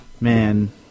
man